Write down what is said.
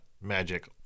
magic